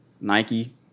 Nike